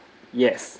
yes